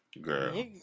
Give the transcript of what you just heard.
Girl